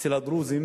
דרוזיים